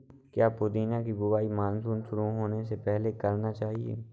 क्या पुदीना की बुवाई मानसून शुरू होने से पहले करना चाहिए?